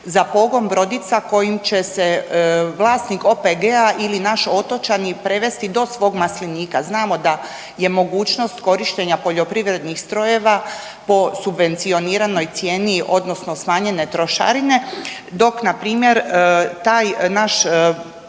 za pogon brodica kojim će se vlasnik OPG-a ili naši otočani prevesti do svog maslinika. Znamo da je mogućnost korištenja poljoprivrednih strojeva po subvencioniranoj cijeni odnosno smanjenje trošarine dok npr. taj naš